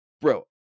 Bro